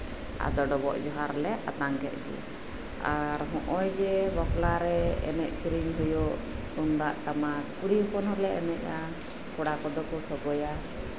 ᱟᱨ ᱰᱚᱵᱚᱜ ᱡᱚᱸᱦᱟᱨ ᱞᱮ ᱟᱛᱟᱝ ᱠᱮᱜ ᱜᱮ ᱱᱚᱜ ᱚᱭ ᱡᱮ ᱵᱟᱯᱞᱟ ᱨᱮ ᱮᱱᱮᱡ ᱥᱮᱨᱮᱧ ᱦᱩᱭᱩᱜ ᱠᱩᱲᱤ ᱦᱚᱞᱮ ᱮᱱᱮᱡᱟ ᱠᱚᱲᱟ ᱦᱚᱯᱚᱱ ᱫᱚᱠᱚ ᱥᱚᱜᱚᱭᱟ